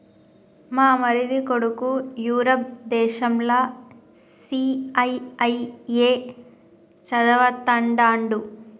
మా మరిది కొడుకు యూరప్ దేశంల సీఐఐఏ చదవతండాడు